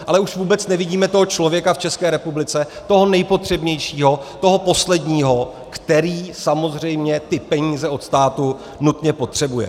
Ale už vůbec nevidíme toho člověka v České republice, toho nejpotřebnějšího, toho posledního, který samozřejmě ty peníze od státu nutně potřebuje.